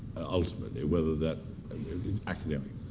ultimately. whether that is academic.